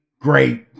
great